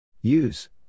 Use